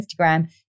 Instagram